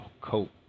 cope